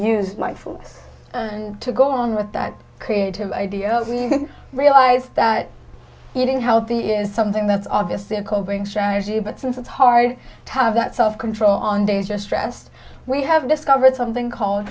use my force to go on with that creative idea realize that eating healthy is something that's obviously a coping strategy but since it's hard to have that self control on days just rest we have discovered something called